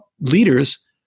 leaders